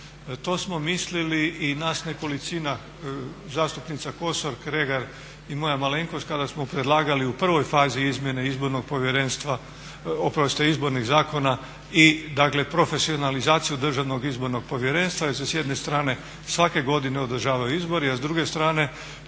To smo mislili i nas nekolicina, zastupnica Kosor, Kregar i moja malenkost kada smo predlagali u prvoj fazi izmjene izbornih zakona i profesionalizaciju DIP-a jer se s jedne strane svake godine održavaju izbori, a s druge strane